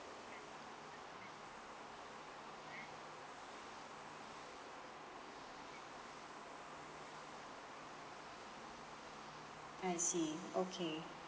I see okay